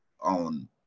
on